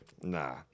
Nah